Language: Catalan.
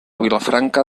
vilafranca